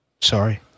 Sorry